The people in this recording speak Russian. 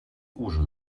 ужин